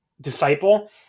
disciple